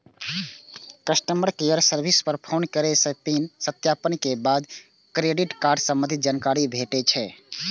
customer care service पर phone करै सं पिन सत्यापन के बाद क्रेडिट कार्ड संबंधी जानकारी भेटै छै